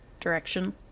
direction